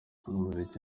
umuziki